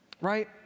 Right